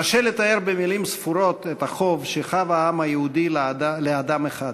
קשה לתאר במילים ספורות את החוב שחב העם היהודי לאדם אחד.